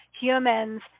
humans